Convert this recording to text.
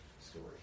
story